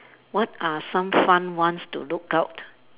what are some fun ones to look out